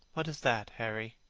what is that, harry?